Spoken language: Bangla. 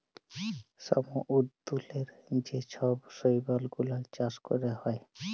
সমুদ্দূরেল্লে যে ছব শৈবাল গুলাল চাষ ক্যরা হ্যয়